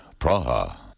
Praha